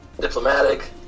diplomatic